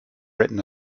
written